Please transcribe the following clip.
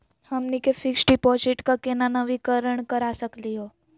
हमनी के fix deposit क केना नवीनीकरण करा सकली हो?